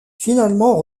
finalement